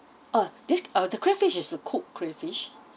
uh this uh the crayfish is a cooked crayfish